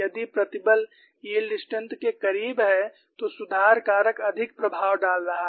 यदि प्रतिबल yield strength के करीब हैं तो सुधार कारक अधिक प्रभाव डाल रहा है